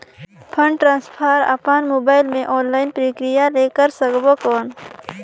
Fund transfer अपन mobile मे online प्रक्रिया ले कर सकबो कौन?